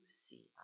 see